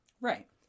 Right